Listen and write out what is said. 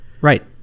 right